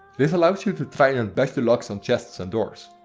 this allows you to try and bash the locks on chests and doors.